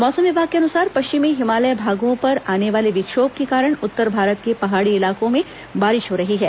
मौसम विभाग के अनुसार पश्चिमी हिमालय भागों पर आने वाले विक्षोभ के कारण उत्तर भारत के पहाड़ी इलाकों में बारिश हो रही है